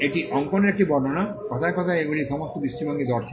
এটি অঙ্কনের একটি বর্ণনা কথায় কথায় এগুলি সমস্ত দৃষ্টিভঙ্গি দর্শন